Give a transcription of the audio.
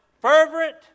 fervent